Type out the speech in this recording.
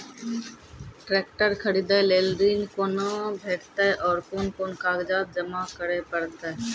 Tractor खरीदै लेल ऋण कुना भेंटते और कुन कुन कागजात जमा करै परतै?